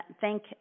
thank